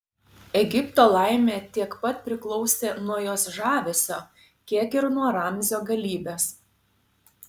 egipto laimė tiek pat priklausė nuo jos žavesio kiek ir nuo ramzio galybės